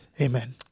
Amen